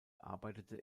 arbeitete